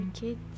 kids